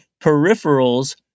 peripherals